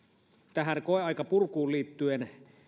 tähän koeaikapurkuun